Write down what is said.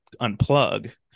unplug